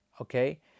okay